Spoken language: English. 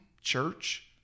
church